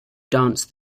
dance